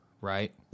right